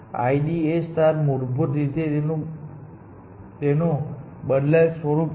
IDA મૂળભૂત રીતે તેનું બદલાયેલ સ્વરૂપ છે